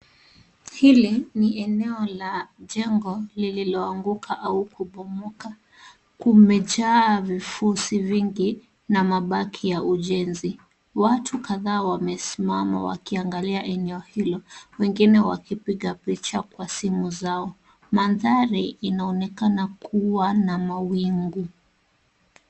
Hili ni eneo la jengo lililoanguka au kupomoka. Kumejaa vifuzi vingi na mabaki ya ujenzi. Watu kadhaa wamesimama wakiangalia eneo hilo, wengine wakipiga picha kwa simu zao. Maandhari inaonekana kuwa na mawingu.